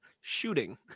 shooting